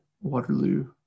waterloo